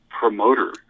promoter